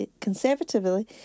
conservatively